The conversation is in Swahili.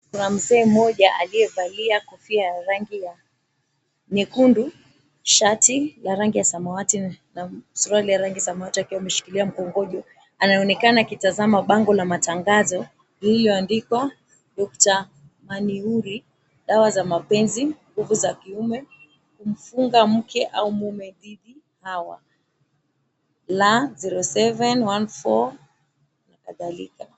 Kuna mzee mmoja aliyevaa kofia ya rangi ya nyekundu, shati la rangi ya samawati na suruali ya rangi ya samawati akiwa ameshikilia mkongojo anaonekana akitazama bango la matangazo lililoandikwa Doctor Maniuri, dawa za mapenzi, nguvu za kiume, kumfunga mke au mume dhidi hawa. La 0714 na kadhalika.